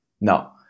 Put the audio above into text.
now